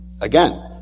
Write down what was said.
Again